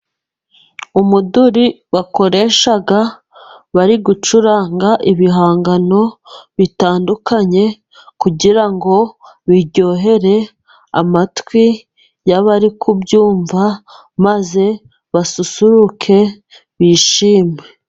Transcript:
Umuduri bakoresha bari gucuranga ibihangano bitandukanye kugira ngo biryohere, amatwi y'abari kubyumva maze basusuruke bishime.